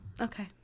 Okay